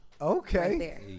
Okay